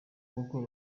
kuko